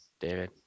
david